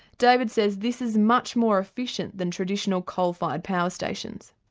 david says this is much more efficient than traditional coal fired power stations.